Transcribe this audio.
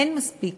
אין מספיק